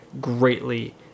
greatly